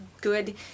good